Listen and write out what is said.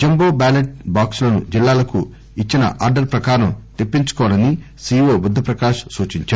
jumbo ballot box లను జిల్లాలకు ఇచ్చిన ఆర్డర్ ప్రకారం తెప్పించుకోవాలని సీఈవో బుద్ద ప్రకాష్ సూచించారు